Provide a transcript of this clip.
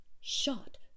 shot